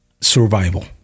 survival